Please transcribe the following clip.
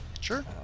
Sure